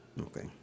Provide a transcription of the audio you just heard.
Okay